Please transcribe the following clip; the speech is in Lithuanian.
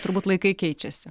turbūt laikai keičiasi